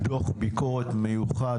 דוח ביקורת מיוחד.